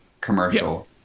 commercial